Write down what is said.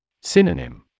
Synonym